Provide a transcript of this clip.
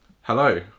Hello